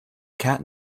cat